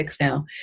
now